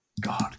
God